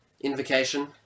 invocation